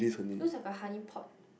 feels like a honey pot